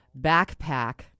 backpack